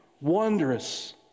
wondrous